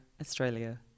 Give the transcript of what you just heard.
Australia